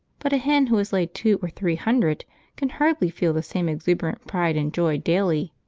but a hen who has laid two or three hundred can hardly feel the same exuberant pride and joy daily.